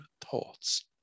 thoughts